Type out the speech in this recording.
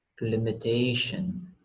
limitation